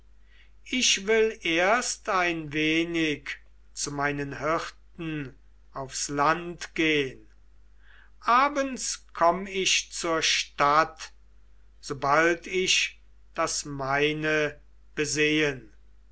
ich will erst ein wenig zu meinen hirten aufs land gehn abends komm ich zur stadt sobald ich das meine besehen